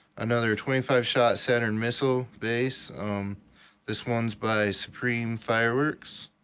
another twenty five shot saturn missile base. um this one's by supreme fireworks.